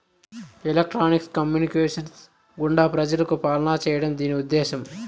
electronics communications గుండా ప్రజలకు పాలన చేయడం దీని ఉద్దేశం